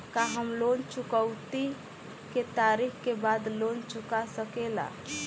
का हम लोन चुकौती के तारीख के बाद लोन चूका सकेला?